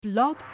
Blog